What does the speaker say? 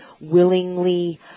willingly